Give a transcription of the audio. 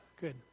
good